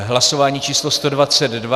Hlasování číslo 122.